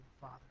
Father